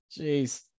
Jeez